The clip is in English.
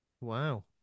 Wow